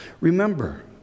Remember